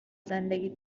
زندگیت